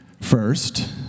first